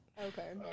Okay